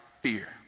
fear